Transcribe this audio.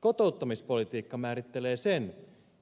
kotouttamispolitiikka määrittelee sen